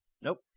Nope